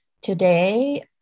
Today